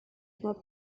uma